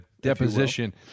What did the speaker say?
deposition